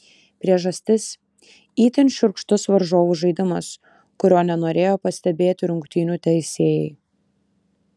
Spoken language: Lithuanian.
priežastis itin šiurkštus varžovų žaidimas kurio nenorėjo pastebėti rungtynių teisėjai